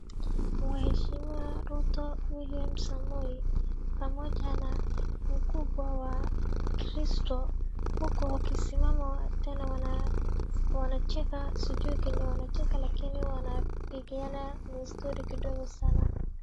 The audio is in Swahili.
Mheshimiwa Ruto William Samoi pamoja na mkubwa wa Kristo huko wakisimama tena wanacheka sijui kenye wanacheka lakini wanapigiana mastori kidogo sana.